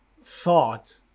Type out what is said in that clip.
thought